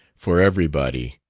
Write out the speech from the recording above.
for everybody,